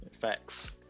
facts